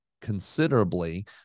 considerably